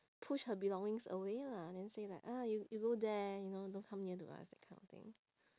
push her belongings away lah then say like ah you you go there you know don't come near to us that kind of thing